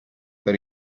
per